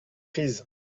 prise